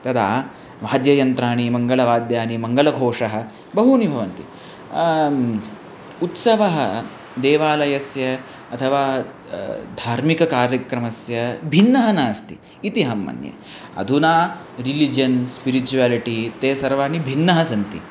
तदा वाद्ययन्त्राणि मङ्गलवाद्यानि मङ्गलघोषः बहूनि भवन्ति उत्सवः देवालयस्य अथवा धार्मिककार्यक्रमस्य भिन्नः नास्ति इति अहं मन्ये अधुना रिलिजियन् स्पिचुलिटि ते सर्वाणि भिन्नाः सन्ति